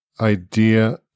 idea